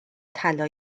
طلا